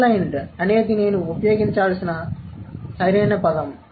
streamlined అనేది నేను ఉపయోగించాల్సిన సరైన పదం